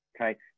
okay